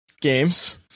games